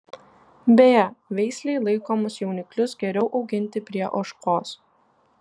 beje veislei laikomus jauniklius geriau auginti prie ožkos